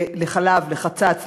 לחצץ,